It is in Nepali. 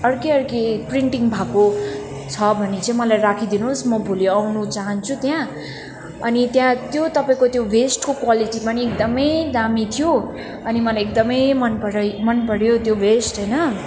अर्कै अर्कै प्रिन्टिङ भएको छ भने चाहिँ मलाई राखिदिनोस् म भोलि आउनु चाहन्छु त्यहाँ अनि त्यहाँ त्यो तपाईँको त्यो भेस्टको क्वालिटी पनि एकदमै दामी थियो अनि मलाई एकदमै मन पराई मनपऱ्यो त्यो भेस्ट होइन